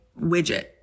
widget